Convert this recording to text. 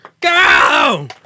Go